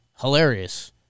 Hilarious